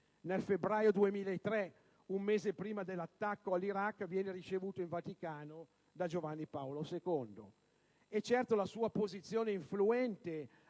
nel febbraio 2003; un mese prima dell'attacco all'Iraq, viene ricevuto in Vaticano da Giovanni Paolo II. La sua posizione influente